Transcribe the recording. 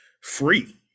free